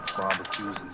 barbecues